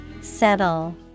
Settle